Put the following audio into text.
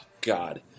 God